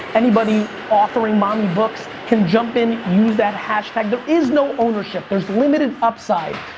anybody authoring mommy books can jump in, use that hashtag, there is no ownership. there's limited upside.